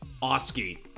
Oski